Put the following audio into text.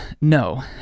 no